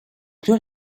plus